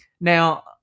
Now